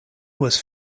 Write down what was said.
was